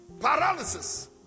Paralysis